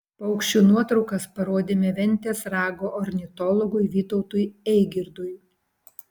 paukščio nuotraukas parodėme ventės rago ornitologui vytautui eigirdui